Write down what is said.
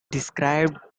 described